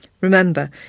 Remember